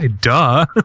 Duh